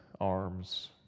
arms